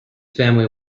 family